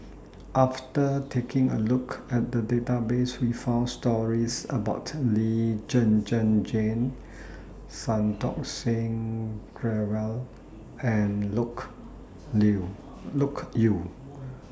after taking A Look At The Database We found stories about Lee Zhen Zhen Jane Santokh Singh Grewal and Loke Yew